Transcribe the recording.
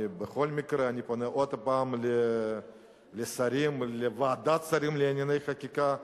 אני בכל מקרה פונה עוד הפעם לשרים ולוועדת שרים לענייני חקיקה: